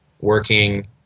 working